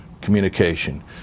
communication